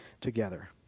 together